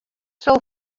sil